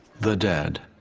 the dead.